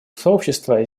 сообщества